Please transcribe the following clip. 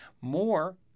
more